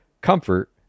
Comfort